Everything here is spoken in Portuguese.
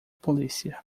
polícia